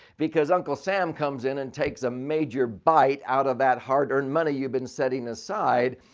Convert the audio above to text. because uncle sam comes in and takes a major bite out of that hard earned money you've been setting aside.